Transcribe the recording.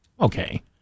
Okay